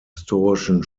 historischen